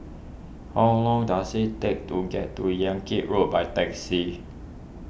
how long does it take to get to Yan Kit Road by taxi